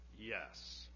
Yes